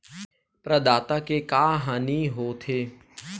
प्रदाता के का हानि हो थे?